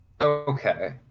Okay